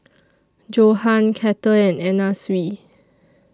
Johan Kettle and Anna Sui